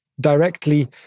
directly